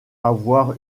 avoir